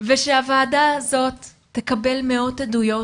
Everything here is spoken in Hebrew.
ושהוועדה הזאת תקבל מאוד עדויות